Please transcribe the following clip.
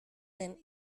den